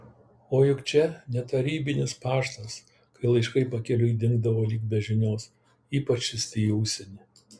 o juk čia ne tarybinis paštas kai laiškai pakeliui dingdavo lyg be žinios ypač siųsti į užsienį